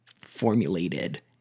formulated